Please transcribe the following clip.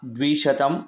द्विशतं